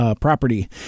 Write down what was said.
property